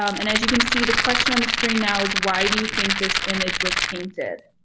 um and as you can see, the question on the screen now is why do you think this image was painted?